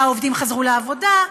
והעובדים חזרו לעבודה,